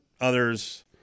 Others